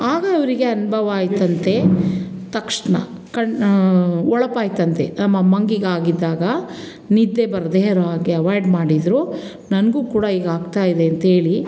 ಆಗ ಅವರಿಗೆ ಅನುಭವ ಆಯಿತಂತೆ ತಕ್ಷಣ ಕಣ್ಣು ಹೊಳಪಾಯ್ತಂತೆ ನಮ್ಮಮ್ಮನಿಗೆ ಈಗಾಗಿದ್ದಾಗ ನಿದ್ದೆ ಬರೋದು ಅವಾಯ್ಡ್ ಮಾಡಿದರು ನನ್ಗೂ ಕೂಡ ಈಗ ಆಗ್ತಾಯಿದೆ ಅಂತ ಹೇಳಿ